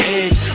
edge